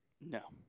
No